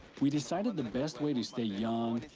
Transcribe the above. we decided the best way to stay young,